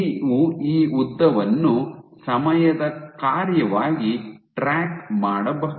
ನೀವು ಈ ಉದ್ದವನ್ನು ಸಮಯದ ಕಾರ್ಯವಾಗಿ ಟ್ರ್ಯಾಕ್ ಮಾಡಬಹುದು